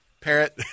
parrot